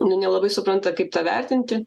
nu nelabai supranta kaip tą vertinti